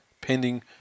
Pending